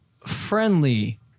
friendly